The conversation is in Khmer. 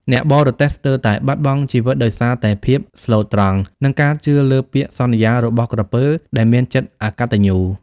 អ្នកបរទេះស្ទើរតែបាត់បង់ជីវិតដោយសារតែភាពស្លូតត្រង់ និងការជឿលើពាក្យសន្យារបស់ក្រពើដែលមានចិត្តអកតញ្ញូ។